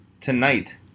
tonight